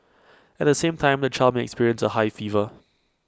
at the same time the child may experience A high fever